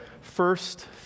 first